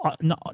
no